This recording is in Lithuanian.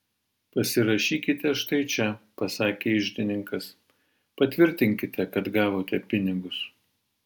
pasirašykite štai čia pasakė iždininkas patvirtinkite kad gavote pinigus